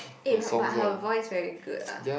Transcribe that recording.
eh but but her voice very good ah